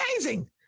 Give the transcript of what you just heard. amazing